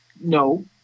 No